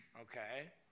okay